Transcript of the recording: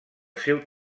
seu